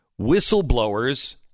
whistleblowers